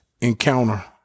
encounter